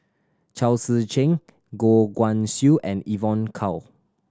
Chao Tzee Cheng Goh Guan Siew and Evon Kow